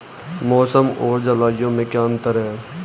मौसम और जलवायु में क्या अंतर?